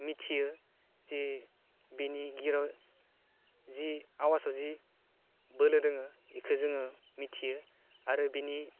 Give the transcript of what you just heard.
मिथियो जे बिनि गिराव जि आवासआव जि बोलो दोङो बेखो जोङो मिथियो आरो बिनि